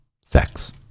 sex